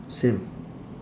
same